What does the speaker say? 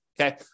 Okay